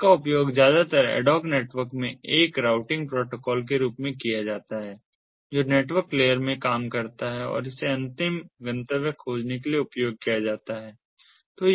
इसका उपयोग ज्यादातर एड हॉक नेटवर्क में एक राउटिंग प्रोटोकॉल के रूप में किया जाता है जो नेटवर्क लेयर में काम करता है और इसे अंतिम गंतव्य खोजने के लिए उपयोग किया जाता है